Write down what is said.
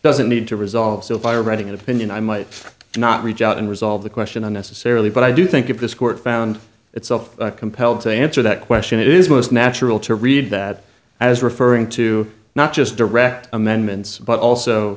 doesn't need to resolve so if i were writing an opinion i might not reach out and resolve the question unnecessarily but i do think if this court found itself compelled to answer that question it is most natural to read that i was referring to not just direct amendments but also